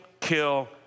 kill